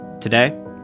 Today